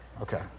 Okay